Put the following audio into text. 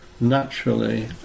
naturally